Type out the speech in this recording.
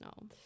No